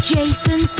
Jason